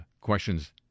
questions